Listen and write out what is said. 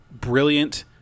brilliant